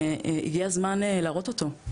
והגיע הזמן להראות אותו.